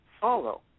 follow